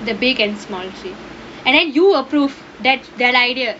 the big and small sheet and then you approve that that idea